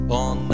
on